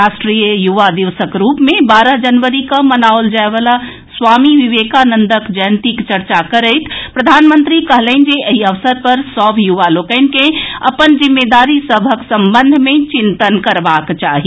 राष्ट्रीय युवा दिवसक रूप मे बारह जनवरी कऽ मनाओल जायवला स्वामी विवेकानंदक जयंतीक चर्चा करैत प्रधानमंत्री कहलनि जे एहि अवसर पर सभ युवा लोकनि के अपन जिम्मेदारी सभक संबंध मे चिन्तन करबाक चाही